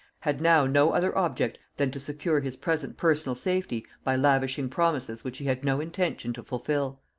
had now no other object than to secure his present personal safety by lavishing promises which he had no intention to fulfil.